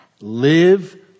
Live